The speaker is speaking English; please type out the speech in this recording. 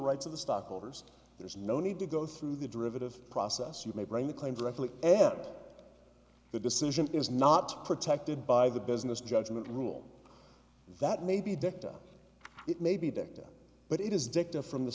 rights of the stockholders there's no need to go through the derivative process you may bring the claim directly after the decision is not protected by the business judgment rule that may be dicta it may be dicta but it is dicta from the